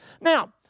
Now